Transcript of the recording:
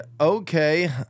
okay